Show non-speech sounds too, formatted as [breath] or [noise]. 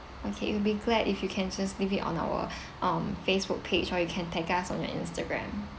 okay it will be glad if you can just leave it on our [breath] um Facebook page or you can tag us on your Instagram